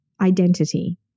identity